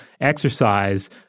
exercise